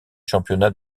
championnats